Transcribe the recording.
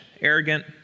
arrogant